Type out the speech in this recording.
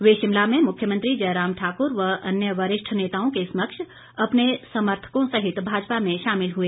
वे शिमला में मुख्यमंत्री जयराम ठाकुर व अन्य वरिष्ठ नेताओं के समक्ष अपने समर्थकों सहित भाजपा में शामिल हुए